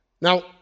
Now